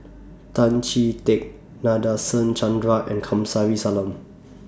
Tan Chee Teck Nadasen Chandra and Kamsari Salam